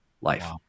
life